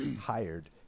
hired